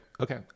Okay